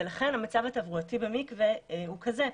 ולכן המצב התברואתי במקווה הוא כזה.